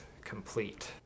complete